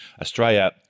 Australia